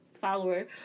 follower